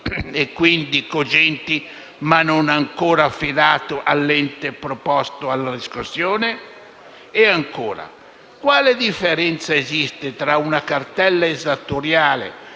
e, quindi, cogenti, ma non ancora affidate all'ente preposto alla riscossione? E ancora: quale differenza esiste tra una cartella esattoriale